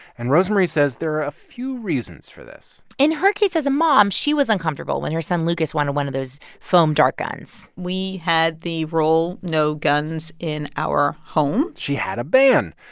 and rosemarie says there are a few reasons for this in her case as a mom, she was uncomfortable when her son lucas wanted one of those foam dart guns we had the rule no guns in our home she had a ban.